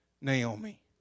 Naomi